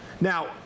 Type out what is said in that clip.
Now